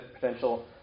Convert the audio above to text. potential